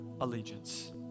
allegiance